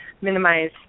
minimize